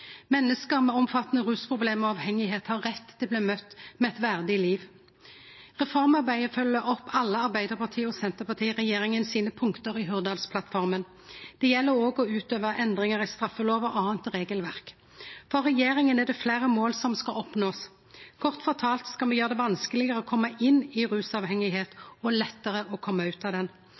Menneske med omfattande rusproblem og avhengigheit har rett til å bli møtte med eit verdig liv. Reformarbeidet følgjer opp alle punkta i Hurdalsplattformen til Arbeiderparti-Senterparti-regjeringa. Det gjeld òg å innføre endringar i straffelov og anna regelverk. For regjeringa er det fleire mål som ein vil oppnå. Kort fortalt skal me gjere det vanskelegare å kome inn i rusavhengigheit og lettare å kome ut av